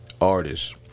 Artists